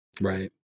Right